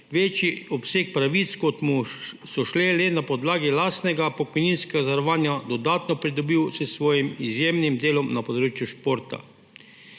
večji obseg pravic, kot so mu šle na podlagi lastnega pokojninskega zavarovanja, dodatno pridobil s svojim izjemnim delom na področju športa.